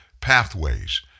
pathways